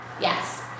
Yes